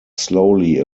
slowly